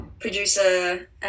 producer